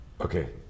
Okay